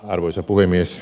arvoisa puhemies